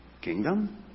Kingdom